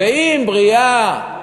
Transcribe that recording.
"ואם בריאה"